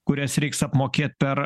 kurias reiks apmokėt per